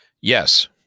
Yes